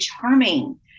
charming